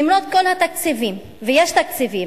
למרות כל התקציבים, ויש תקציבים,